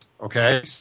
okay